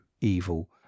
evil